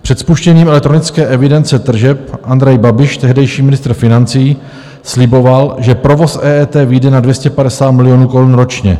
Před spuštěním elektronické evidence tržeb Andrej Babiš, tehdejší ministr financí, sliboval, že provoz EET vyjde na 250 milionů korun ročně.